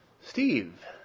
Steve